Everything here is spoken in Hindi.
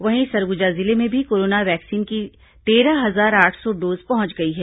वहीं सरगुजा जिले में भी कोरोना वैक्सीन की तेरह हजार आठ सौ डोज पहुंच गई है